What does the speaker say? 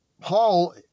Paul